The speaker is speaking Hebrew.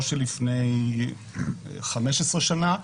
של לפני 15 שנה,